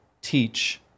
teach